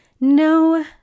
no